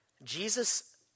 Jesus